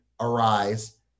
arise